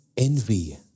Envy